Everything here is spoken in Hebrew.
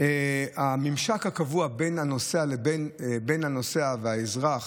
הממשק הקבוע בין הנוסע,